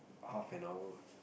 half an hour